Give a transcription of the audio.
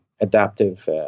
adaptive